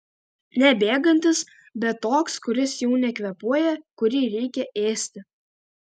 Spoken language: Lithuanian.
ne bėgantis bet toks kuris jau nekvėpuoja kurį reikia ėsti